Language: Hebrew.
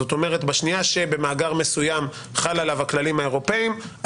זאת אומרת בשנייה שבמאגר מסוים חל עליו הכללים האירופאים,